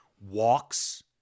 walks